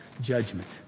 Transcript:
judgment